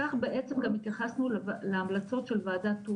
כך בעצם גם התייחסנו להמלצות של ועדת ...